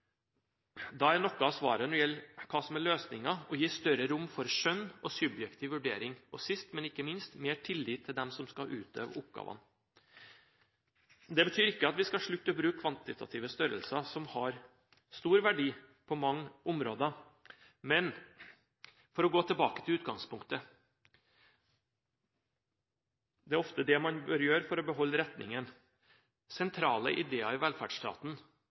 er noe av svaret på hva som er løsningen, å gi større rom for skjønn og subjektiv vurdering og – sist, men ikke minst – mer tillit til dem som skal utføre oppgavene. Det betyr ikke at vi skal slutte å bruke kvantitative størrelser, som har stor verdi på mange områder. For å gå tilbake til utgangspunktet – det er ofte det man bør gjøre for å beholde retningen: Sentrale ideer i velferdsstaten